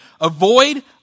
avoid